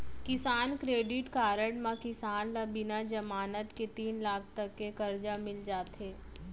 किसान credit card म किसान ल बिना जमानत के तीन लाख तक के करजा मिल जाथे